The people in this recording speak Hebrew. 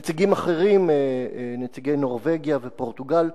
נציגים אחרים, נציגי נורבגיה ופורטוגל,